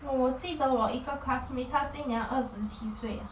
!wah! 我记得我一个 classmates 他今年二十七岁呀